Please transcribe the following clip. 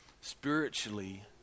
Spiritually